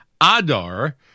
Adar